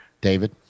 David